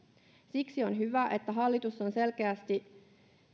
siksi on hyvä että hallitus on selkeästi